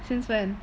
since when